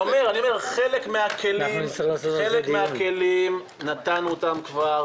חלק מן הכלים נתנו כבר,